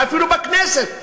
ואפילו בכנסת,